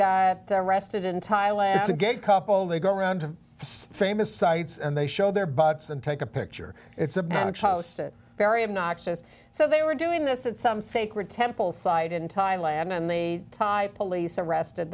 are arrested in thailand it's a gay couple and they go around the famous sites and they show their butts and take a picture it's a very obnoxious so they were doing this at some sacred temple site in thailand and they tie police arrested